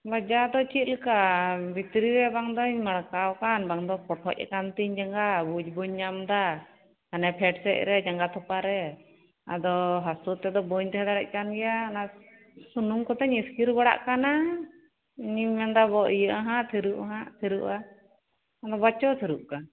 ᱵᱟᱡᱟᱣ ᱫᱚ ᱪᱮᱫ ᱞᱮᱠᱟ ᱵᱷᱤᱛᱨᱤ ᱨᱮ ᱵᱟᱝ ᱫᱩᱧ ᱢᱟᱲᱠᱟᱣ ᱟᱠᱟᱱ ᱵᱟᱝ ᱫᱚ ᱯᱚᱴᱷᱚᱡ ᱟᱠᱟᱱ ᱛᱤᱧ ᱡᱟᱜᱟ ᱵᱩᱡ ᱵᱟᱹᱧ ᱧᱟᱢ ᱮᱫᱟ ᱦᱟᱱᱮ ᱯᱷᱮᱰ ᱥᱮᱡ ᱨᱮ ᱡᱟᱜᱟ ᱛᱷᱚᱯᱟ ᱨᱮ ᱟᱫᱚ ᱦᱟᱥᱩ ᱛᱮ ᱵᱟᱹᱧ ᱛᱟᱦᱮ ᱫᱟᱲᱮᱭᱟᱜ ᱠᱟᱱ ᱜᱮᱭᱟ ᱚᱱᱟ ᱥᱩᱱᱩᱢ ᱠᱚᱛᱤᱧ ᱤᱥᱠᱤᱨ ᱵᱟᱲᱟᱜ ᱠᱟᱱᱟ ᱤᱧ ᱤᱧ ᱢᱮᱱᱮᱫᱟ ᱵᱚ ᱤᱭᱟᱹ ᱟᱦᱟᱜ ᱛᱷᱤᱨᱩ ᱟᱦᱟᱜ ᱛᱷᱤᱨᱩᱟ ᱟᱫᱚ ᱵᱟᱪᱚ ᱛᱷᱤᱨᱚ ᱠᱟᱱ